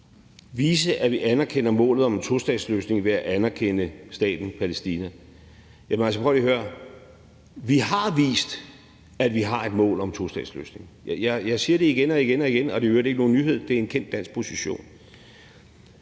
Vise, at vi anerkender målet om en tostatsløsning ved at anerkende staten Palæstina. Prøv lige at høre: Vi har vist, at vi har et mål om en tostatsløsning. Jeg siger det igen og igen, og det er ikke nogen nyhed, det er en kendt dansk position.